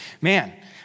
Man